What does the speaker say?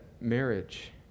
marriage